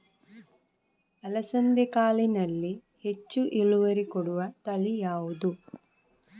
ಅಲಸಂದೆ ಕಾಳಿನಲ್ಲಿ ಹೆಚ್ಚು ಇಳುವರಿ ಕೊಡುವ ತಳಿ ಯಾವುದು?